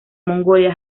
mongolia